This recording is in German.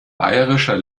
bayerischer